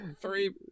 three